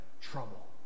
trouble